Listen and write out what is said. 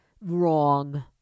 Wrong